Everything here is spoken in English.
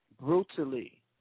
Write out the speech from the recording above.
brutally